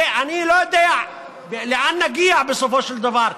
ואני לא יודע לאן נגיע בסופו של דבר.